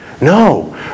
No